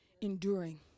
enduring